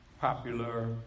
popular